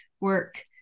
work